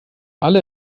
alle